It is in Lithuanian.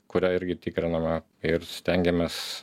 kurią irgi tikriname ir stengiamės